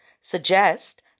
suggest